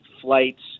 flights